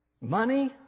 money